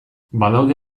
badaude